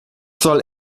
soll